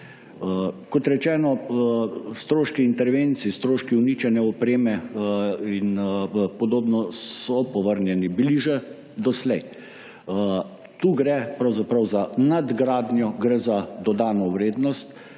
Kot rečeno, stroški intervencij, stroški uničenja opreme in podobno so povrnjeni bili že doslej. Tu gre pravzaprav za nadgradnjo. Gre za dodano vrednost,